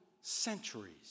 centuries